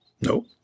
No